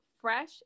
fresh